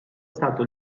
stato